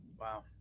Wow